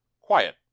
Quiet